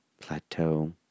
Plateau